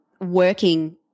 working